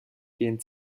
gehen